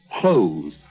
clothes